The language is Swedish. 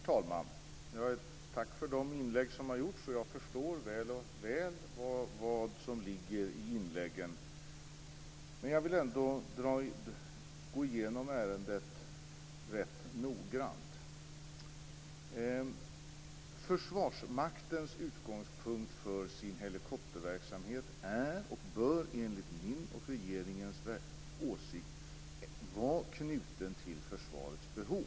Herr talman! Tack för de inlägg som har gjorts. Jag förstår väl vad som ligger i inläggen, men jag vill ändå gå igenom ärendet rätt noggrant. Försvarsmaktens utgångspunkt för sin helikopterverksamhet är och bör enligt min och regeringens åsikt vara knuten till Försvarets behov.